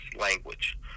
language